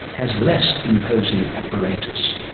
has less imposing apparatus.